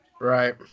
Right